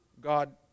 God